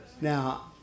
Now